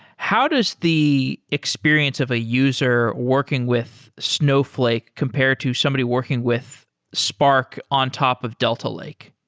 how does the experience of a user working with snowflake compare to somebody working with spark on top of delta lake?